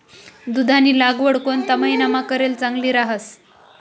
दुधीनी लागवड कोणता महिनामा करेल चांगली रहास